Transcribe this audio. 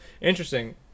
Interesting